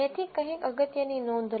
તેથી કંઈક અગત્યની નોંધ લો